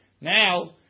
Now